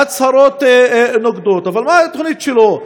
הצהרות נוגדות, אבל מהי התוכנית שלו?